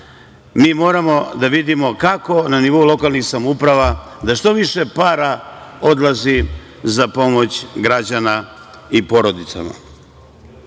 mi moramo da vidimo kako da na nivou lokalnih samouprava što više para odlazi za pomoć građana i porodicama. Živim